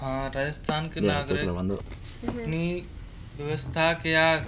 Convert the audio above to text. हाँ राजस्थान के नागरिक अपनी व्यवस्था के या